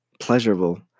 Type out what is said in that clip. pleasurable